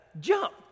jump